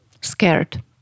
scared